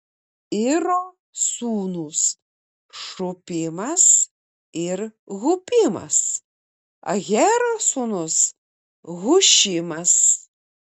iro sūnūs šupimas ir hupimas ahero sūnus hušimas